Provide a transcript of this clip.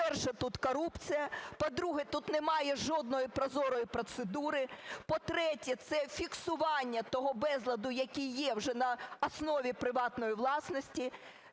по-друге, тут немає жодної прозорої процедури, по-третє, це фіксування того безладу, який є вже на основі приватної власності,